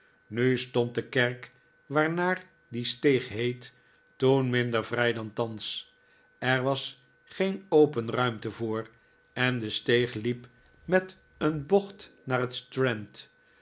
nu stond de kerk waarnaar die steeg heet toen minder vrij dan thans er was geen open ruimte voor en de steeg hep met een bocht naar het strand